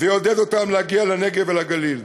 ויעודד אותם להגיע לנגב ולגליל,